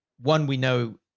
one we know.